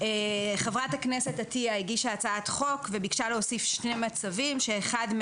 חברת הכנסת עטיה הגישה הצעת חוק וביקשה להוסיף שני מצבים: אחד,